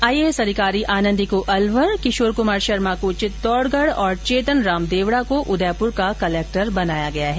IAS अधिकारी आनंदी को अलवर किशोर कमार शर्मा को चित्तौडगढ़ और चेतन राम देवडा को उदयपुर का कलेक्टर बनाया गया है